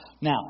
Now